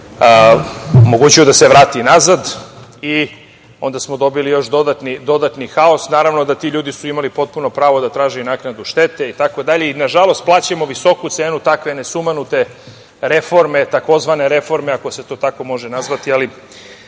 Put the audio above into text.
omogućio da se vrati nazad i onda smo dobili još dodatni haos. Naravno da su ti ljudi imali potpuno pravo da traže i naknadu štete itd. Nažalost, plaćamo visoku cenu takve jedne sumanute reforme, tzv. reforme ako se to tako može nazvati,